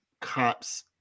cops